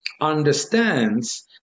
understands